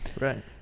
Right